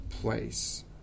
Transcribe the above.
place